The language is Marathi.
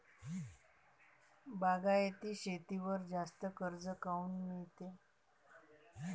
बागायती शेतीवर जास्त कर्ज काऊन मिळते?